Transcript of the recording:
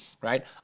right